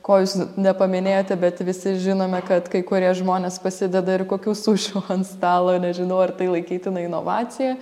ko jūs nepaminėjote bet visi žinome kad kai kurie žmonės pasideda ir kokių sušių ant stalo nežinau ar tai laikytina inovacija